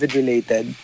related